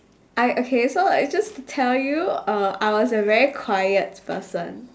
I okay so like just to tell you uh I was a very quiet person